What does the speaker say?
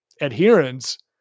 adherence